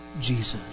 Jesus